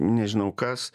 nežinau kas